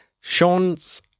Sean's